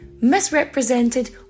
misrepresented